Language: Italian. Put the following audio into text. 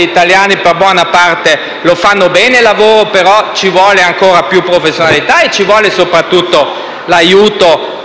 italiani per buona parte fanno bene il loro lavoro, ma ci vuole ancora più professionalità e ci vuole soprattutto l'aiuto